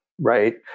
Right